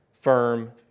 firm